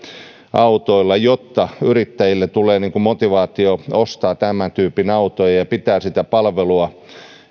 autoilla jotta yrittäjille tulee motivaatio ostaa tämän tyypin autoja ja ja pitää sitä palvelua